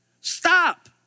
Stop